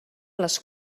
les